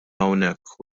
hawnhekk